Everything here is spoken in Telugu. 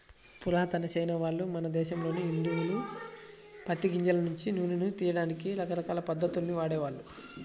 పురాతన చైనావాళ్ళు, మన దేశంలోని హిందువులు పత్తి గింజల నుంచి నూనెను తియ్యడానికి రకరకాల పద్ధతుల్ని వాడేవాళ్ళు